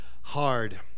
hard